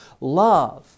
love